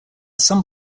some